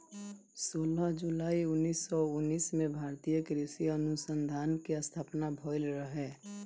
सोलह जुलाई उन्नीस सौ उनतीस में भारतीय कृषि अनुसंधान के स्थापना भईल रहे